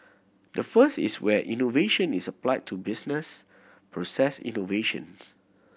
the first is where innovation is applied to business process innovations